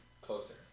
closer